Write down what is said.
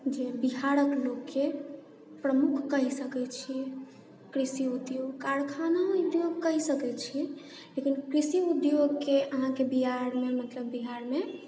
जे बिहारके लोकके प्रमुख कहि सकै छी कृषि उद्योग कारखाना उद्योग कहि सकै छिए लेकिन कृषि उद्योगके अहाँके बिहारमे मतलब बिहारमे